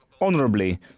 honorably